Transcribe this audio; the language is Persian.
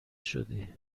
شدی